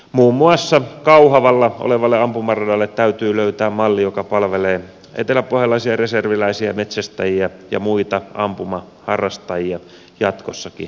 muun muassa kauhavalla olevalle ampumaradalle täytyy löytää malli joka palvelee eteläpohjalaisia reserviläisiä metsästäjiä ja muita ampumaharrastajia jatkossakin